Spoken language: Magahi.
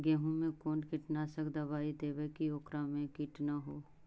गेहूं में कोन कीटनाशक दबाइ देबै कि ओकरा मे किट न हो?